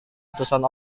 utusan